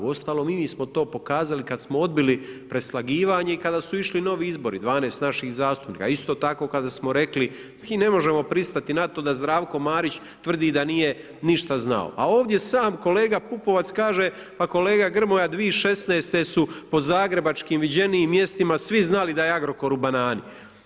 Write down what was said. Uostalom i mi smo to pokazali kada smo odbili preslagivanje i kada su išli novi izbori 12 naših zastupnika, isto tako kada smo rekli mi ne možemo pristati na to da Zdravko Marić tvrdi da nije ništa znao, a ovdje sam kolega Pupovac kaže pa kolega Grmoja 2016. su po zagrebačkim viđenijim mjestima svi znali da je Agrokoru u banani.